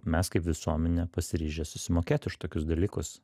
mes kaip visuomenė pasiryžę susimokėt už tokius dalykus